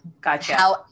gotcha